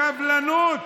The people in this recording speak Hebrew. סבלנות.